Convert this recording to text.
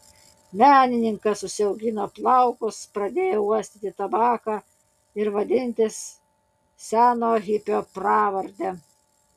menininkas užsiaugino plaukus pradėjo uostyti tabaką ir vadintis seno hipio pravarde